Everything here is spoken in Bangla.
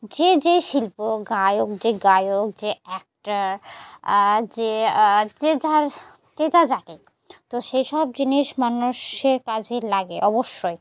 যে যেই শিল্প গায়ক যে গায়ক যে অ্যাক্টর যে যে যার যে যা জানে তো সেইসব জিনিস মানুষের কাজে লাগে অবশ্যই